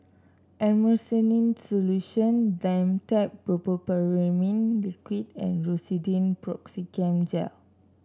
Erythroymycin Solution Dimetapp Brompheniramine Liquid and Rosiden Piroxicam Gel